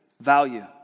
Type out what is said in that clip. value